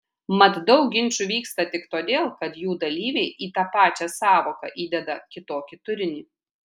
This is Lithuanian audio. mat daug ginčų vyksta tik todėl kad jų dalyviai į tą pačią sąvoką įdeda kitokį turinį